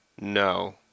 No